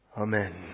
Amen